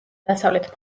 დასავლეთ